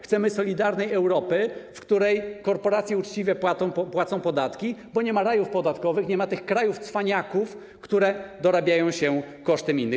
Chcemy solidarnej Europy, w której korporacje uczciwie płacą podatki, bo nie ma rajów podatkowych, nie ma tych krajów-cwaniaków, które dorabiają się kosztem innych.